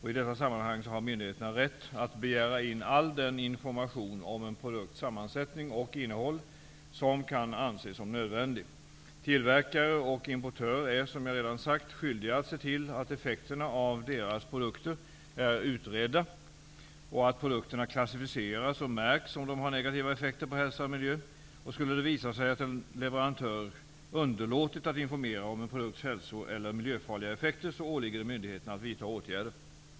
I detta sammanhang har myndigheterna rätt att begära in all den information om en produkts sammansättning och innehåll som kan ses som nödvändig. Tillverkare och importör är, som jag redan sagt, skyldiga att se till att effekterna av deras produkter är utredda och att produkterna klassificeras och märks om de har negativa effekter på hälsa och miljö. Skulle det visa sig att en leverantör underlåtit att informera om en produkts hälso eller miljöfarliga effekter åligger det myndigheterna att vidta åtgärder.